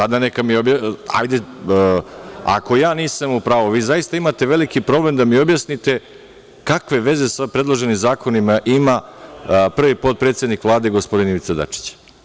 Ako ja nisam u pravu, vi zaista imate veliki problem da mi objasnite kakve veze sa predloženim zakonima ima prvi potpredsednik Vlade, gospodin Ivica Dačić?